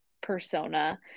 persona